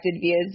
via